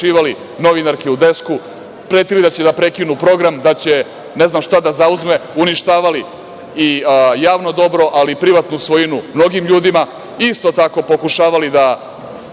novinarke, pretili da će da prekinu program, da će ne znam šta da zauzme, uništavali javno dobro, ali i privatnu svojinu mnogim ljudima. Isto tako pokušavali da